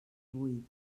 vuit